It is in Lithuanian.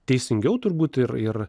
teisingiau turbūt ir ir